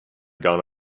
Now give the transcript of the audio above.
gone